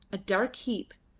a dark heap,